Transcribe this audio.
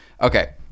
Okay